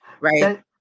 right